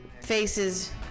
faces